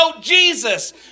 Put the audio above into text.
Jesus